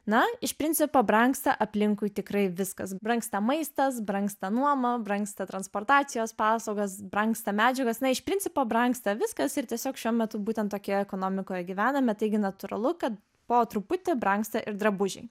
na iš principo brangsta aplinkui tikrai viskas brangsta maistas brangsta nuoma brangsta transportacijos paslaugos brangsta medžiagos na iš principo brangsta viskas ir tiesiog šiuo metu būtent tokioje ekonomikoje gyvename taigi natūralu kad po truputį brangsta ir drabužiai